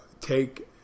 take